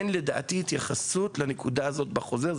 לדעתי אין התייחסות לנקודה הזאת בחוזר.